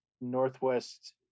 Northwest